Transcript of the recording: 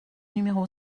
numéro